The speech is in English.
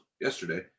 yesterday